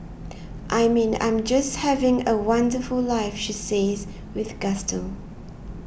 I mean I'm just having a wonderful life she says with gusto